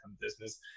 business